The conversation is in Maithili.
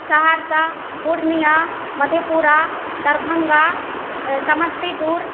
सहरसा पुर्णियाँ मधेपुरा दरभङ्गा समस्तीपुर